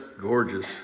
gorgeous